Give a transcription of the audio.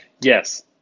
Yes